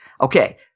Okay